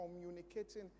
communicating